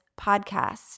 podcast